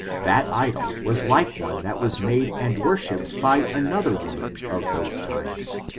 that idol was like one that was made. and worshiped by another woman of those times,